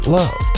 love